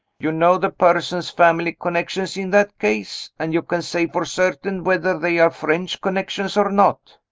you know the person's family connections, in that case? and you can say for certain whether they are french connections or not?